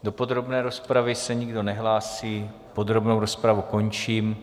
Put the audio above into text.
Do podrobné rozpravy se nikdo nehlásí, podrobnou rozpravu končím.